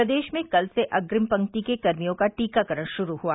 प्रदेश मे कल से अग्रिम पंक्ति के कर्मियों का टीकाकरण शुरू हुआ